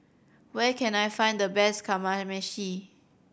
where can I find the best Kamameshi